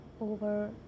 over